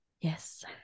Yes